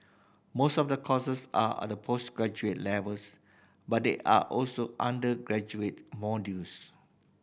most of the courses are at the postgraduate levels but there are also undergraduate modules